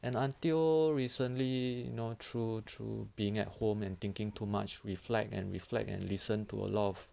and until recently you know through through being at home and thinking too much reflect and reflect and listen to a lot of